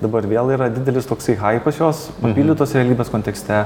dabar vėl yra didelis toksai hai pas juos papildytos realybės kontekste